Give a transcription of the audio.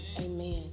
Amen